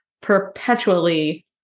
perpetually